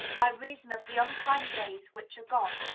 by reason of the unkind days which are gone.